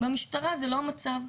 במשטרה זה לא המצב.